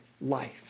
life